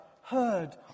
heard